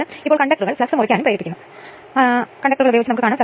അതിനാൽ 1 2 എന്നീ സമവാക്യങ്ങൾ പരിഹരിക്കുന്നതിന് W i 267